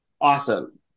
awesome